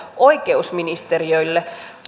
oikeusministeriölle